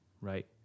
right